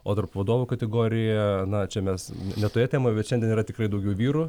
o tarp vadovų kategorijoje na čia mes ne toje temoje bet šiandien yra tikrai daugiau vyrų